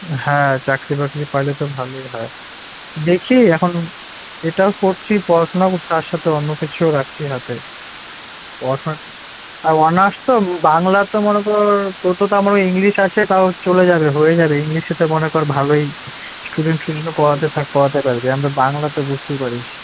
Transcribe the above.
হ্যাঁ চাকরি বাকরি পাইলে তো ভালোই হয় দেখি এখন এটাও পড়ছি পড়াশোনার পাশে তো অন্য কিছুও রাখছি হাতে পড়াশোনাটা আর অনার্স তো বাংলাতে মনে করুন আমার ওই ইংলিশ আছে তাও চলে যাবে হয়ে যাবে ইংলিশেতে মনে কর ভালোই স্টুডেন্ট বিভিন্ন পড়াতে থাক পড়াতে পারবি আমরা বাংলা তো বুঝতেই পারিস